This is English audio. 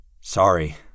Sorry